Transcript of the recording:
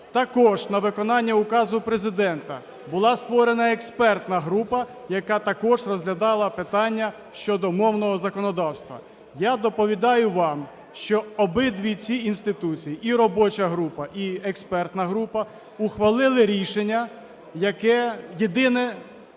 Також на виконання указу Президента була створена експертна група, яка також розглядала питання щодо мовного законодавства. Я доповідаю вам, що обидві ці інституції – і робоча група, і експертна група – ухвалили рішення, яке єдине